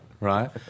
Right